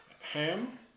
ham